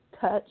touch